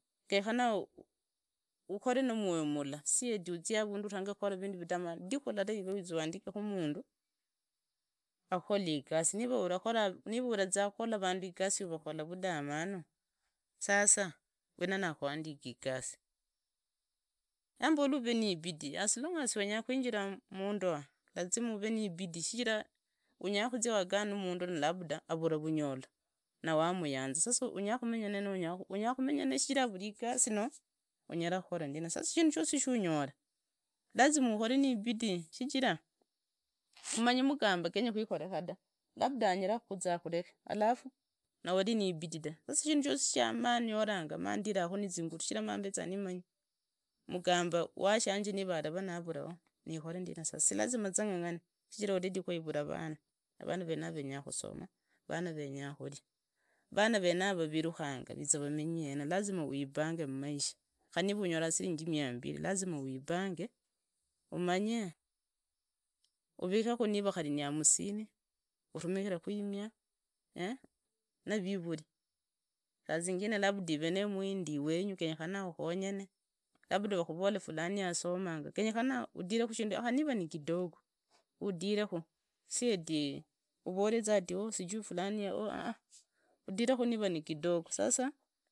Genyekana ukore numwayu mula, si ati uzie avundu usange kukora vindu vidamanu. Ridiku lilala wize wandikeku mundu akukole igasi, niva urenzia kukola vandu igasi ukora vudamanu sasa wina nakuandike igasi. Rwa mmbola ave nibidii as long as si wenya kunjila mundoa lazima uve nibidii shijire unyakuzia wagane numundu na labda uvura vanyala nawanyanza. Sasa unyakomenya naye shijira avura vanyola nawanyanza. Sasa unyakomenya naye shijira avura iyasi noho unyara kukora ndi. Na sasa shindu shosi shonyora lazima ukore nibidii shijira umanyi mugamba genya kwekoreka da. Labda anyara kukuza akoreke alafu, na wari ni bidik da. sasa ishinda ata majani gukodekera uturungi mdake kabisa. Gavura shijira avura igasi, ive uvura igasi, si muluriza hena, mmmh mturiza hena sasa. Lakini sasa nuri nakidogo, kwanza vwandatanga kuyinzira ninyola siringi hamsini nyananyana mwaka gwenigwo yani ndala huliza nzi ndi mutajiri, ndatangaku kutunga ichama siringi sarasini, ndutunguka siringi hamsini ichama, na ni vandetalaku zierefu zivili nindora aiyeyeye wa inze ni sonko sasa, ndazia ndio ndazia mpaka naduka avundu vutunga kandelere muchama ati zierefu zitano at least.